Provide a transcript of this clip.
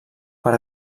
per